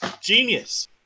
genius